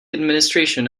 administration